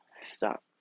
stop